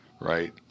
right